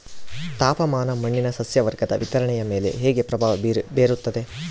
ತಾಪಮಾನ ಮಣ್ಣಿನ ಸಸ್ಯವರ್ಗದ ವಿತರಣೆಯ ಮೇಲೆ ಹೇಗೆ ಪ್ರಭಾವ ಬೇರುತ್ತದೆ?